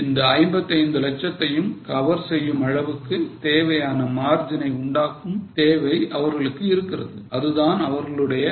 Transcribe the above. இந்த 55 லட்சத்தையும் cover செய்யுமளவுக்கு தேவையான margin ஐ உண்டாகும் தேவை அவர்களுக்கு இருக்கிறது அதுதான் அவர்களுடைய breakeven point